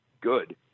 good